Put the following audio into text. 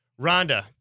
Rhonda